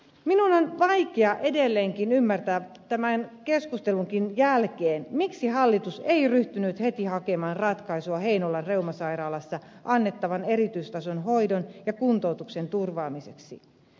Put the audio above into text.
minun on vaikea edelleenkin ymmärtää tämän keskustelunkin jälkeen miksi hallitus ei ryhtynyt heti hakemaan ratkaisua heinolan reumasairaalassa annettavan erityistason hoidon ja kuntoutuksen turvaamiseksi